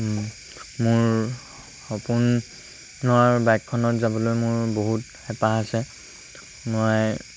মোৰ সপোন নৰ বাইকখনত যাবলৈ মোৰ বহুত হেঁপাহ আছে মই